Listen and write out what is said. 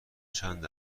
چند